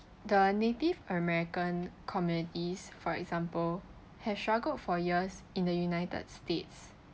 the native american communities for example have struggled for years in the united states